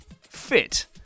fit